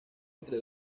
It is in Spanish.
entre